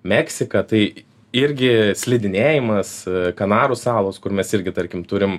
meksika tai irgi slidinėjimas kanarų salos kur mes irgi tarkim turim